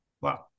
Wow